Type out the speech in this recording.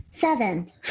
Seven